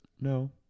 No